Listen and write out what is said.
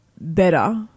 better